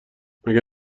مگه